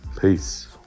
Peace